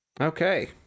Okay